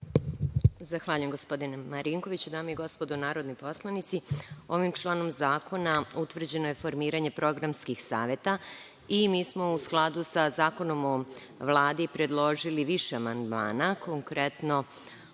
Zahvaljujem, gospodine Marinkoviću. Dame i gospodo narodni poslanici, ovim članom zakona utvrđeno je formiranje programskih saveta i mi smo, u skladu sa Zakonom o Vladi, predložili više amandmana. Konkretno